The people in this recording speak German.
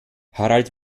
harald